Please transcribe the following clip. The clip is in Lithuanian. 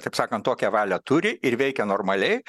taip sakant tokią valią turi ir veikia normaliai